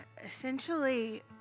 Essentially